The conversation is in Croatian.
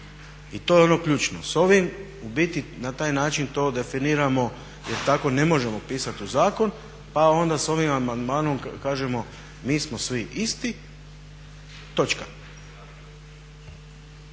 I to je ono ključno. S ovim, u biti na taj način to definiramo jer tako ne možemo pisati u zakon, pa onda sa ovim amandmanom kažemo mi smo svi isti točka.